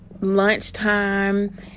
Lunchtime